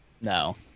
No